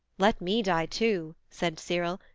let me die too said cyril,